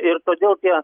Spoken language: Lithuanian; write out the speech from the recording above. ir todėl tie